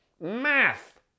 math